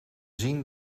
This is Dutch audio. zien